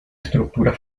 estructura